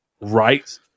right